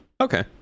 Okay